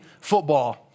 football